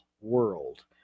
world